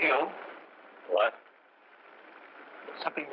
you know what i think